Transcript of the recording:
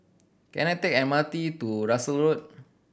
can I take M R T to Russels Road